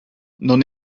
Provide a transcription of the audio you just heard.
non